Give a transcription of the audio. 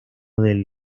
del